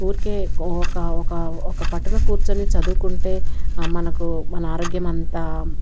ఊరికే ఒక ఒక ఒక పట్టున కూర్చుని చదువుకుంటే మనకు మన ఆరోగ్యం అంతా